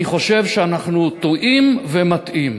אני חושב שאנחנו טועים ומטעים.